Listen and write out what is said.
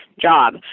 job